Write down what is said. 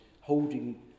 holding